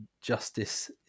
justice